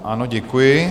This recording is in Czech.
Ano, děkuji.